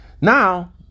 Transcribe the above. now